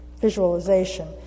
visualization